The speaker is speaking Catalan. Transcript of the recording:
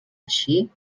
així